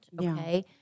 okay